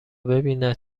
ببیند